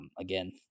again